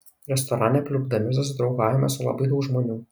restorane pliurpdami susidraugavome su labai daug žmonių